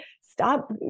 Stop